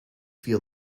feel